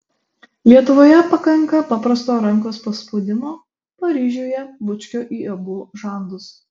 lietuvoje pakanka paprasto rankos paspaudimo paryžiuje bučkio į abu žandus